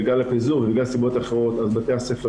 בגלל הפיזור ובגלל סיבות אחרות בתי הספר